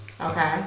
Okay